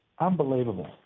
unbelievable